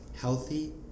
healthy